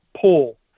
pull